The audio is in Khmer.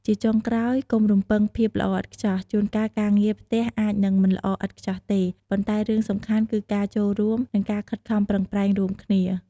ជាចុងក្រោយ កុំរំពឹងភាពល្អឥតខ្ចោះ ជួនកាលការងារផ្ទះអាចនឹងមិនល្អឥតខ្ចោះទេ ប៉ុន្តែរឿងសំខាន់គឺការចូលរួម និងការខិតខំប្រឹងប្រែងរួមគ្នា។